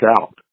out